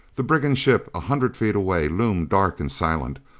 the brigand ship, a hundred feet away, loomed dark and silent,